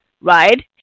right